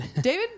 David